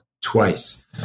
twice